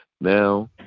now